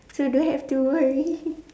so don't have to worry